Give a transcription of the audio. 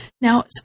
Now